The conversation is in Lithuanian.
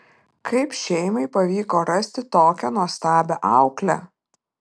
kaip šeimai pavyko rasti tokią nuostabią auklę